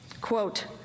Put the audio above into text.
Quote